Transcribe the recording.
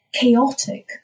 chaotic